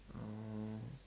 oh